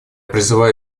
призываю